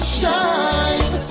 shine